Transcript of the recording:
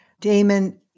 Damon